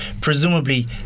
Presumably